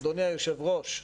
אדוני היושב-ראש,